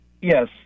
Yes